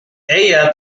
ella